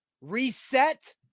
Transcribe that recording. reset